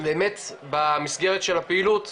באמת במסגרת של הפעילות,